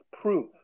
proof